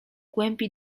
głębi